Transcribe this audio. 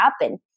happen